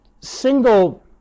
single